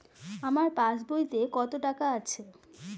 আমার পাস বইতে কত টাকা আছে?